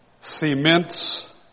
cements